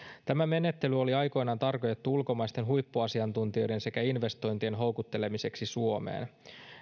tämä menettely oli aikoinaan tarkoitettu ulkomaisten huippuasiantuntijoiden sekä investointien houkuttelemiseksi suomeen